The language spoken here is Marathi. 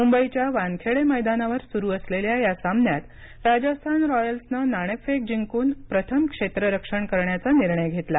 मुंबईच्या वानखेडे मैदानावर सुरू असलेल्या या सामन्यात राजस्थान रॉयल्सन नाणेफेक जिंकून प्रथम क्षेत्ररक्षण करण्याचा निर्णय घेतला